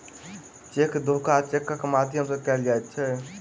cheque धोखा चेकक माध्यम सॅ कयल जाइत छै